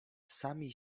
sami